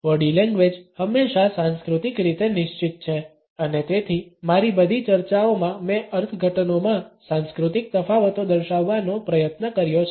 body language હંમેશા સાંસ્કૃતિક રીતે નિશ્ચિત છે અને તેથી મારી બધી ચર્ચાઓમાં મેં અર્થઘટનોમાં સાંસ્કૃતિક તફાવતો દર્શાવવાનો પ્રયત્ન કર્યો છે